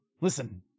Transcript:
Listen